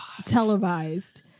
televised